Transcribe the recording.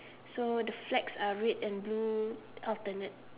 so the flags are red and blue alternate